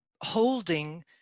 holding